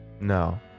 No